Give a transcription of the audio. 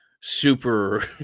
super